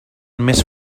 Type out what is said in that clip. més